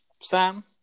sam